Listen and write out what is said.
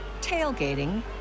tailgating